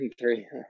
three